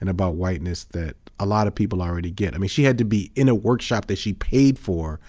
and about whiteness that a lot of people already get. i mean, she had to be in a workshop that she paid for,